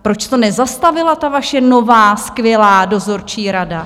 Proč to nezastavila ta vaše nová skvělá dozorčí rada?